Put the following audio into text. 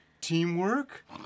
teamwork